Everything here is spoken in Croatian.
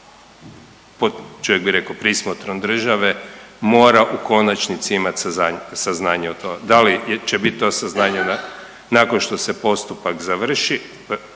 čovjek bi rekao prismotrom državom, mora u konačnici imat saznanja o tome, da li će to bit saznanje nakon što se postupak završi,